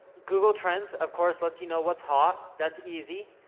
google trends, of course, let's you know what's hot. that's easy.